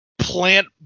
plant